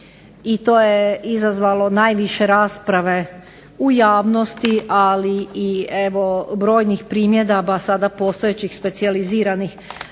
i to je izazvalo najviše rasprave u javnosti ali i brojnih primjedaba sada postojećih specijaliziranih